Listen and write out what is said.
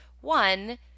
One